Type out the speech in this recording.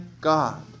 God